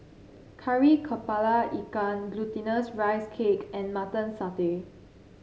Kari kepala Ikan Glutinous Rice Cake and Mutton Satay